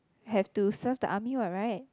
have to serve the army [what] [right]